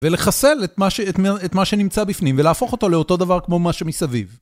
ולחסל את מה שמ- את מה שנמצא בפנים, ולהפוך אותו לאותו דבר כמו מה שמסביב.